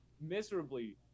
miserably